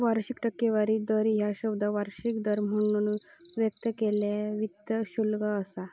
वार्षिक टक्केवारी दर ह्या शब्द वार्षिक दर म्हणून व्यक्त केलेला वित्त शुल्क असा